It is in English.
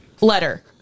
letter